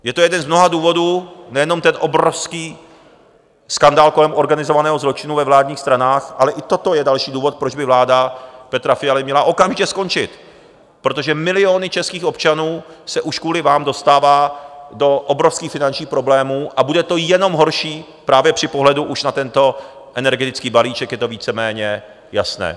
Je to jeden z mnoha důvodů, nejenom ten obrovský skandál kolem organizovaného zločinu ve vládních stranách, ale i toto je další důvod, proč by vláda Petra Fialy měla okamžitě skončit, protože miliony českých občanů se už kvůli vám dostávají do obrovských finančních problémů, a bude to jenom horší, právě při pohledu už na tento energetický balíček je to víceméně jasné.